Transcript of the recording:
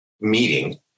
meeting